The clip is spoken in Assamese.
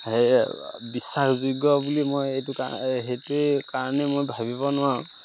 হেৰি বিশ্বাসযোগ্য বুলি মই এইটো কাৰণ সেইটোৱে কাৰণে মই ভাবিব নোৱাৰোঁ